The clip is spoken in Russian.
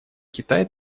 китай